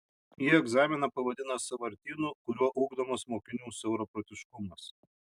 ji egzaminą pavadino sąvartynu kuriuo ugdomas mokinių siauraprotiškumas